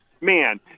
man